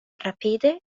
rapide